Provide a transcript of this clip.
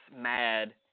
mad